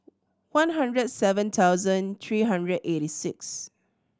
one hundred seven thousand three hundred eighty six